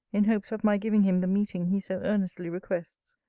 in hopes of my giving him the meeting he so earnestly request.